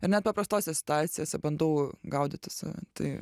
ir net paprastose situacijose bandau gaudyti save tai